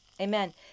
Amen